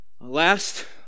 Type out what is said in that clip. Last